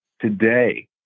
today